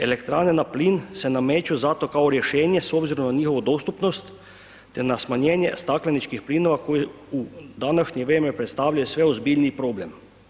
Elektrane na plin se nameću zato kao rješenje s obzirom na njihovu dostupnost te na smanjenje stakleničkih plinova koji u današnje vrijeme predstavljaju sve ozbiljniji problem.